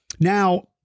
Now